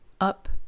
up